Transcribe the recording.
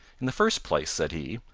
in the first place, said he,